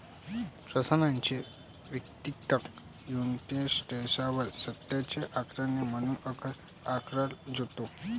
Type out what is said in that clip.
प्रशासनाच्या वैयक्तिक युनिट्सवर सक्तीची आकारणी म्हणून कर आकारला जातो